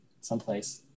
someplace